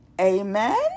Amen